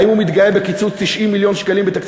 האם הוא מתגאה בקיצוץ 90 מיליון שקלים בתקציב